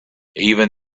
even